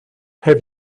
have